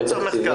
לא צריך מחקר.